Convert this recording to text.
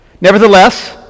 Nevertheless